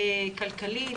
כלכלית,